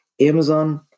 Amazon